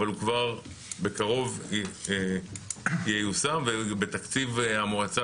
אבל הוא ייושם בקרוב ובתקציב המועצה